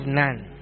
none